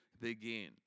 begin